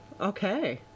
Okay